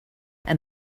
and